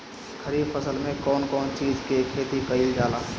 खरीफ फसल मे कउन कउन चीज के खेती कईल जाला?